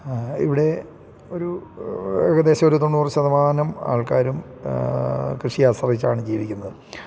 ഇവിടെ ഒരു ഏകദേശം ഒരു തൊണ്ണൂറ് ശതമാനം ആൾക്കാരും കൃഷി ആശ്രയിച്ചാണ് ജീവിക്കുന്നത്